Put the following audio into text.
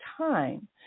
time